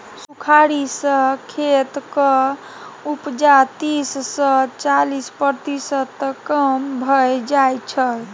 सुखाड़ि सँ खेतक उपजा तीस सँ चालीस प्रतिशत तक कम भए जाइ छै